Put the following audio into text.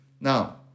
Now